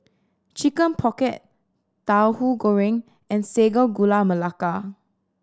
Chicken Pocket Tauhu Goreng and Sago Gula Melaka